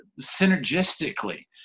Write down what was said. synergistically